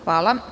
Hvala.